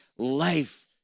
life